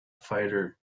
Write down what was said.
fighter